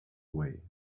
way